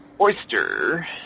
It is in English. Oyster